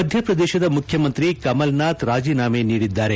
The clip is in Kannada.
ಮಧ್ಯಪ್ರದೇಶದ ಮುಖ್ಯಮಂತ್ರಿ ಕಮಲ್ನಾಥ್ ರಾಜೀನಾಮೆ ನೀಡಿದ್ದಾರೆ